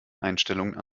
einstellungen